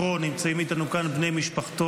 נמצאים איתנו כאן בני משפחתו.